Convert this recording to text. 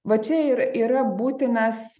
va čia ir yra būtinas